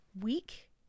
week